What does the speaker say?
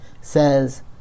says